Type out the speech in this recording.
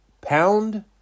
Pound